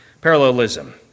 parallelism